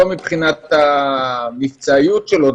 לאו דווקא מבחינת המבצעיות שלו,